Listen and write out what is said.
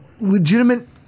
legitimate